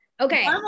Okay